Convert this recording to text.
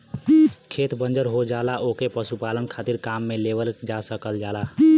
खेत बंजर हो जाला ओके पशुपालन खातिर काम में लेवल जा सकल जाला